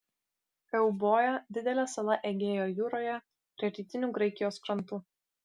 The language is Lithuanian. euboja didelė sala egėjo jūroje prie rytinių graikijos krantų